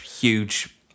huge